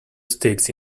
sticks